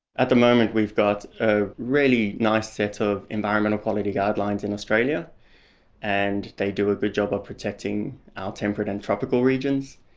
at the moment we've got a really nice set of environmental quality guidelines in australia and they do a good job of protecting our temperate and tropical regions.